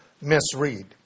misread